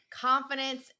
confidence